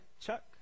chuck